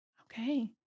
Okay